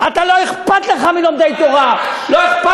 מה זה קשור?